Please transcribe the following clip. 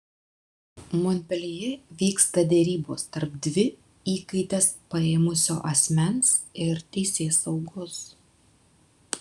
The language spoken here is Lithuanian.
monpeljė vyksta derybos tarp dvi įkaites paėmusio asmens ir teisėsaugos